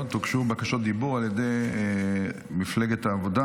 הוגשו בקשות דיבור על ידי מפלגת העבודה,